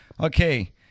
Okay